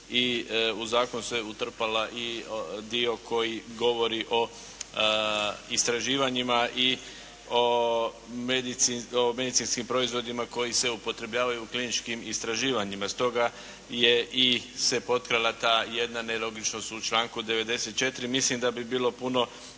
u Zakon se utrpala i dio koji govori o istraživanjima i o medicinskim proizvodima koji se upotrebljavaju u kliničkim istraživanjima. Stoga je i, se potkrala ta jedna nelogičnost u članku 94. Mislim da bi bilo puno